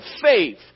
faith